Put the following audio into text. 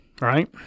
Right